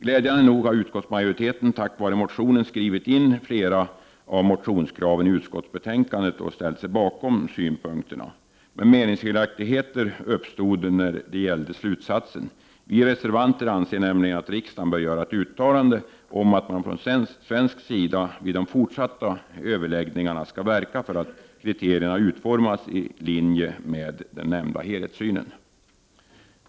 Glädjande nog har utskottsmajoriteten tack vare motionen skrivit in flera av våra motionskrav i utskottsbetänkandet och ställt sig bakom synpunkterna. Men meningsskiljaktigheter uppstod om slutsatsen. Vi reservanter anser nämligen att riksdagen bör göra ett uttalande om att man från svensk sida vid de fortsatta överläggningarna skall verka för att kriterierna utformas i linje med den nämnda helhetssynen.